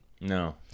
no